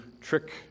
trick